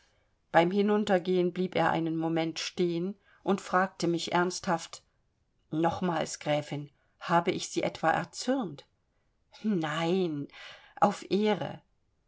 beim hinuntergehen blieb er einen moment stehen und fragte mich ernsthaft nochmals gräfin habe ich sie etwa erzürnt nein auf ehre